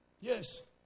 Yes